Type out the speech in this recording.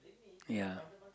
ya